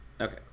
okay